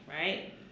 right